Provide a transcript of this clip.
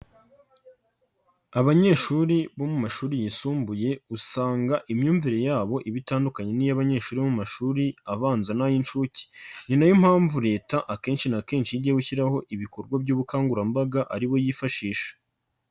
Abanyeshuri bo mu mashuri yisumbuye usanga imyumvire yabo iba itandukanye n'iy'abanyeshuri bo mu mashuri abanza n'ay'inshuke, ni nayo mpamvu leta akenshi na kenshi iyo igiye gushyiraho ibikorwa by'ubukangurambaga aribo yifashisha.